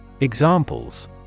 Examples